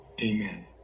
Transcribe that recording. Amen